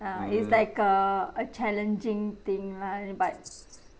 uh it's like a a challenging thing lah but